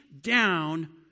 down